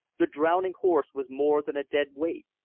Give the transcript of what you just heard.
the drowning horse was more than a dead weight.